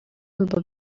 mba